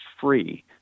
free